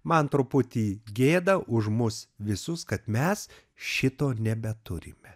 man truputį gėda už mus visus kad mes šito nebeturime